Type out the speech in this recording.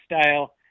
style